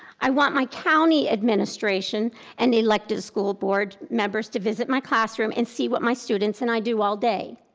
i want my county administration and elected school board members to visit my classroom and see what my students and i do all day.